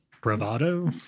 Bravado